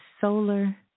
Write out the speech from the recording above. solar